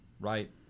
right